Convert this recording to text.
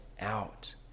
out